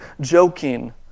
joking